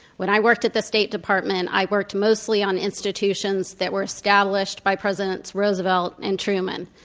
when i worked at the state department, i worked mostly on institutions that were established by presidents roosevelt and truman.